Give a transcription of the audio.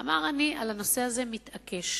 אמר: אני על הנושא הזה מתעקש.